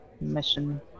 mission